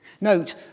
Note